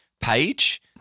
page